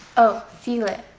oh sealant.